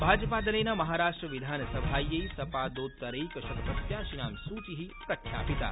भाजपादलेन महाराष्ट्रविधानसभायै सपादोत्तरैकशत प्रत्याशिनां सूचि प्रख्यापिता